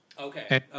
Okay